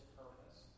purpose